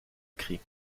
cris